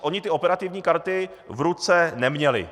Oni ty operativní karty v ruce neměli.